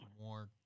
more